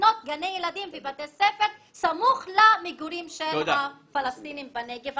לבנות גני ילדים ובתי ספר סמוך למגורים של הפלשתינים בנגב,